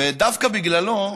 דווקא בגללו,